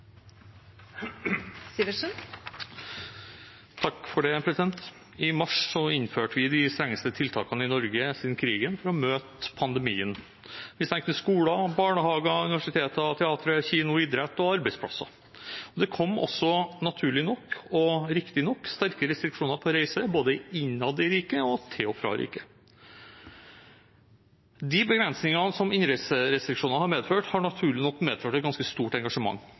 I mars innførte vi de strengeste tiltakene i Norge siden krigen for å møte pandemien. Vi stengte skoler, barnehager, universiteter, teatre, kinoer, idrett og arbeidsplasser. Det kom også, naturlig nok og riktig nok, sterke restriksjoner på reise både innad i riket og til og fra riket. De begrensningene som innreiserestriksjonene har medført, har naturlig nok medført et ganske stort engasjement.